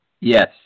Yes